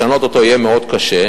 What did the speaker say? לשנות אותו יהיה מאוד קשה.